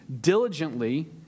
diligently